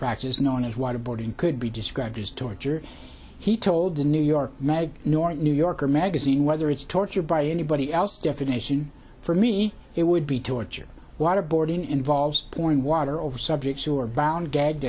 practices known as waterboarding could be described as torture he told the new york mag nor new yorker magazine whether it's torture by anybody else definition for me it would be torture waterboarding involves point water over subjects who are bound gagged